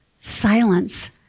silence